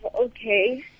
Okay